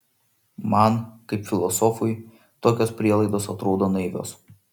man kaip filosofui tokios prielaidos atrodo naivios